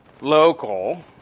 local